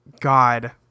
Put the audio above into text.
God